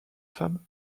femme